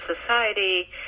society